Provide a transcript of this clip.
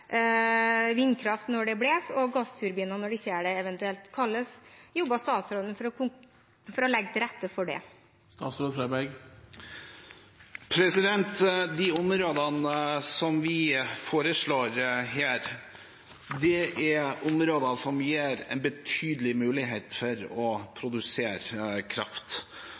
vindkraft når det blåser og gassturbiner når det ikke gjør det. Hvordan jobber statsråden for å legge til rette for det? De områdene som vi foreslår her, er områder som gir en betydelig mulighet for å produsere kraft.